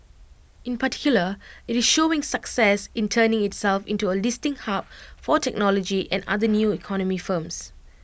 in particular IT is showing success in turning itself into A listing hub for technology and other new economy firms